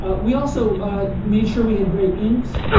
ah we also made sure we had great inks.